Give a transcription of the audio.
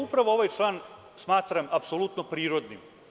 Upravo ovaj član smatram apsolutno prirodnim.